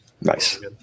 Nice